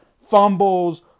fumbles